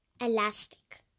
elastic